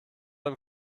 dem